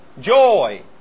joy